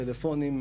טלפונים,